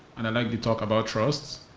and i like you talk about trusts.